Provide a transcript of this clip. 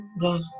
God